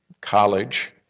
college